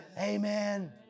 Amen